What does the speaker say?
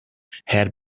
had